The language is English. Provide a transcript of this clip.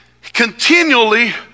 continually